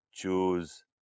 Choose